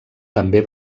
també